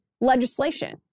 legislation